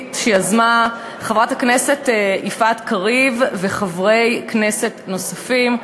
שיזמו חברת הכנסת יפעת קריב וחברי כנסת נוספים.